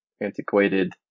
antiquated